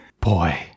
Boy